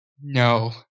No